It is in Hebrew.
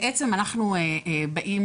בעצם אנחנו באים